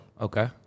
Okay